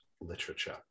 literature